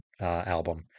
album